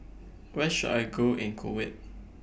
Where should I Go in Kuwait